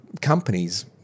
companies